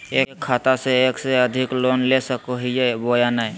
एक खाता से एक से अधिक लोन ले सको हियय बोया नय?